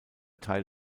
teil